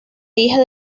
hija